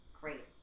great